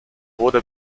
wurde